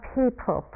people